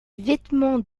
vêtements